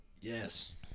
Yes